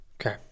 Okay